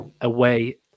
away